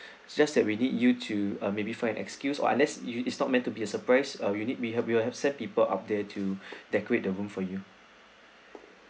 it's just that we need you to err maybe find an excuse or unless you it's not meant to be a surprise err you need may help we will have set people up there to decorate the room for you